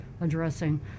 addressing